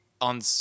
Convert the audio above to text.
On